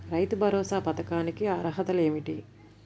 రైతు భరోసా పథకానికి అర్హతలు ఏమిటీ?